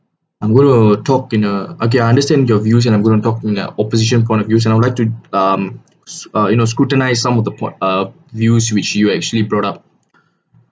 I'm going to talk in uh okay I understand your views and I'm going to talk in that opposition points of views and I would like to um uh you know scrutinise some of the point uh views which you actually brought up